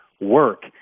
work